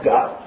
God